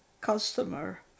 customer